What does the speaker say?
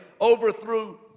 overthrew